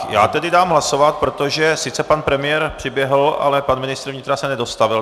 Tak já tedy dám hlasovat, protože sice pan premiér přiběhl, ale pan ministr vnitra se nedostavil.